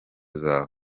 zawe